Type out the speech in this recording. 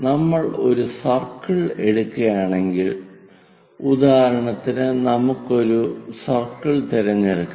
നമ്മൾ ഒരു സർക്കിൾ എടുക്കുകയാണെങ്കിൽ ഉദാഹരണത്തിന് നമുക്ക് ഒരു സർക്കിൾ തിരഞ്ഞെടുക്കാം